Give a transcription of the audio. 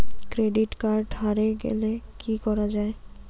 Credit card হারে গেলে কি করা য়ায়?